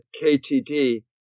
KTD